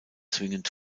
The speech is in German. zwingend